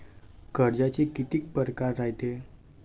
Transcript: कर्जाचे कितीक परकार रायते?